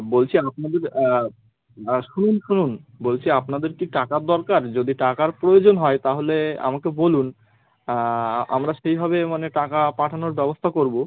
বলছি আপনাদের শুনুন শুনুন বলছি আপনাদের কি টাকার দরকার যদি টাকার প্রয়োজন হয় তাহলে আমাকে বলুন আমরা সেইভাবে মানে টাকা পাঠানোর ব্যবস্থা করবো